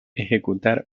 ejecutar